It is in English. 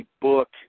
book